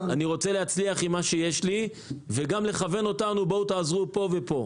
אני רוצה להצליח עם מה שיש לי וגם לכוון אותנו: בואו תעזרו פה ופה".